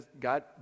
God